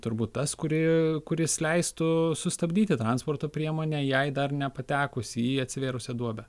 turbūt tas kurį kuris leistų sustabdyti transporto priemonę jai dar nepatekus į atsivėrusią duobę